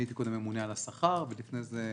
אני הייתי קודם הממונה על השכר ולפני זה,